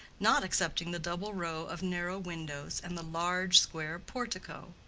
not excepting the double row of narrow windows and the large square portico.